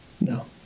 no